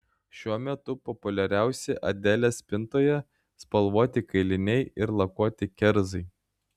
šiuo metu populiariausi adelės spintoje spalvoti kailiniai ir lakuoti kerzai